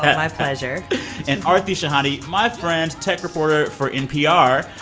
and my pleasure and aarti shahani, my friend, tech reporter for npr.